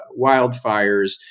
wildfires